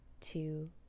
two